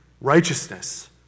Righteousness